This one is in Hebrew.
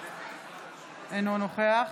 אינו נוכח